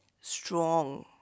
strong